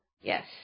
Yes